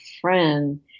friend